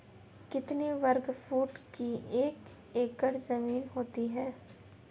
कितने वर्ग फुट की एक एकड़ ज़मीन होती है?